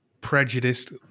prejudiced